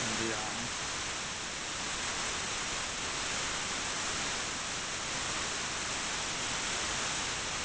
अंजी हां